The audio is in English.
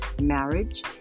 marriage